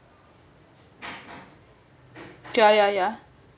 yeah yeah yeah